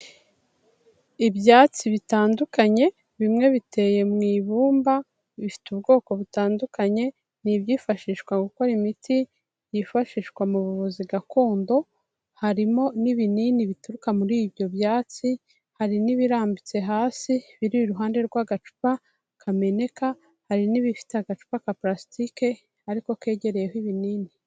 Ibyatsi bitandukanye, bimwe biteye mu ibumba, bifite ubwoko butandukanye ni ibyifashishwa gukora imiti yifashishwa mu buvuzi gakondo, harimo n'ibinini bituruka muri ibyo byatsi, hari n'ibirambitse hasi biri iruhande rw'agacupa kameneka, hari n'ibifite agacupa ka parasitike ariko kegereyeho ibinini.